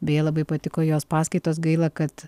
beje labai patiko jos paskaitos gaila kad